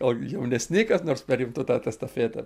gal jaunesni kas nors perimtų tą estafetę